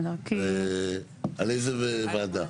על איזה ועדה?